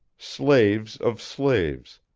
slaves of slaves,